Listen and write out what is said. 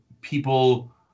people